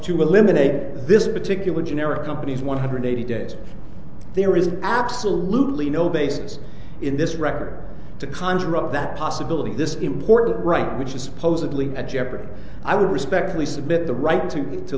eliminate this particular generic companies one hundred eighty days there is absolutely no basis in this record to conjure up that possibility this important right which is supposedly at jeopardy i would respectfully submit the right to